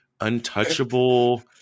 Untouchable